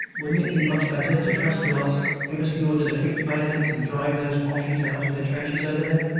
wouldn't it be much better to trust to us, give us the order to fix bayonets and drive those boches out of their trenches over there?